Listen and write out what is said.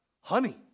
honey